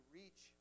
reach